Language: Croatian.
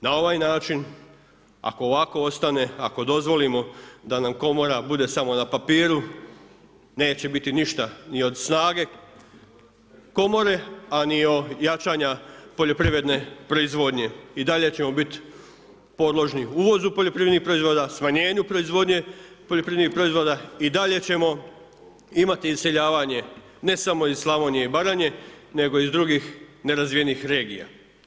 Na ovaj način ako ovako ostane, ako dozvolimo da nam komora bude samo na papiru, neće biti ništa ni od snage komore a ni od jačanja poljoprivredne proizvodnje, i dalje ćemo biti podložni uvozu poljoprivrednih proizvoda, smanjenju proizvodnje poljoprivrednih proizvoda, i dalje ćemo imati iseljavanje ne samo iz Slavonije i Baranje nego i iz drugih nerazvijenih regija.